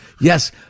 yes